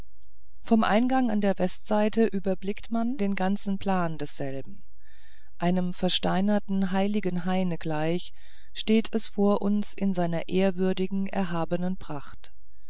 vom eingange an der westseite überblickt man den ganzen plan desselben einem versteinerten heiligen haine gleich steht es vor uns in seiner ehrwürdigen erhabenen pracht